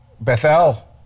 Bethel